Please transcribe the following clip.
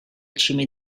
cime